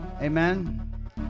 amen